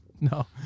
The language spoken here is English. No